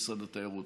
משרד התיירות.